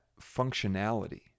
functionality